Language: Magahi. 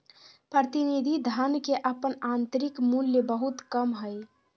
प्रतिनिधि धन के अपन आंतरिक मूल्य बहुत कम हइ